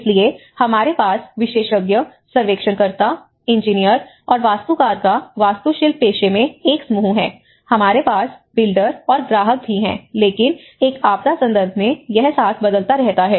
इसलिए हमारे पास विशेषज्ञ सर्वेक्षण कर्ता इंजीनियर और वास्तुकार का वास्तुशिल्प पेशे में एक समूह है हमारे पास बिल्डर और ग्राहक भी हैं लेकिन एक आपदा संदर्भ में यह साथ बदलता रहता है